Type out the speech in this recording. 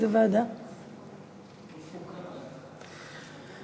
62) (הצבעת שליחי המוסדות הלאומיים בחוץ-לארץ),